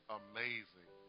amazing